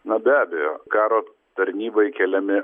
na be abejo karo tarnybai keliami